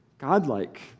God-like